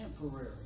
temporary